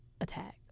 attack